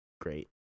great